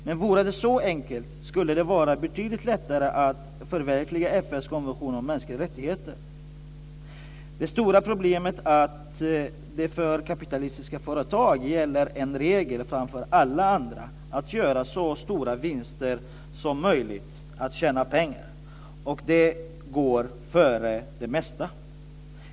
Men vore det så enkelt skulle det vara betydligt lättare att förverkliga FN:s konvention om mänskliga rättigheter. Det stora problemet är att för kapitalistiska företag gäller en regel framför alla andra: att göra så stora vinster som möjligt, att tjäna pengar. Det går före det mesta.